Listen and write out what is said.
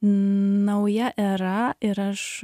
nauja era ir aš